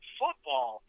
football